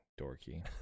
dorky